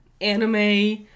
anime